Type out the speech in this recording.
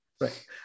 Right